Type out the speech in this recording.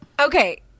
Okay